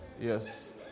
yes